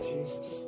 Jesus